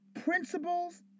principles